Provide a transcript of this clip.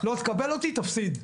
לא תקבל אותי תפסיד.